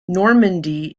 normandy